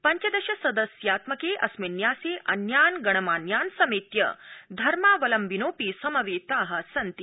पंचदश सदस्यात्मके अस्मिन ान्यासे अन्यान ागणमान्यान ासमेत्य धर्मावलम्बिनोऽपि समवेतास्सन्ति